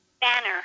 Banner